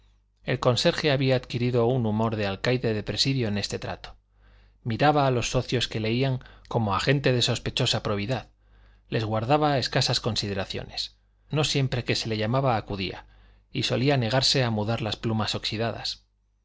el conserje había adquirido un humor de alcaide de presidio en este trato miraba a los socios que leían como a gente de sospechosa probidad les guardaba escasas consideraciones no siempre que se le llamaba acudía y solía negarse a mudar las plumas oxidadas